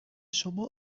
شما